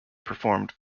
performed